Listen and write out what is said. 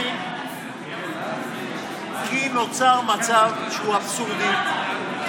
כי נוצר מצב שהוא אבסורדי,